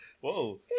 Whoa